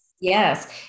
Yes